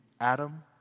Adam